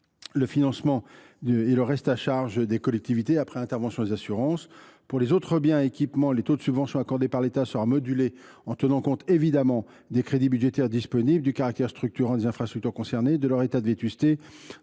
limite le reste à charge des collectivités après l’intervention des assurances. Pour les autres biens et équipements, le taux de subventions accordées par l’État sera modulé en tenant compte évidemment des crédits budgétaires disponibles, du caractère structurant des infrastructures concernées, de leur état de vétusté